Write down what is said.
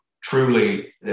truly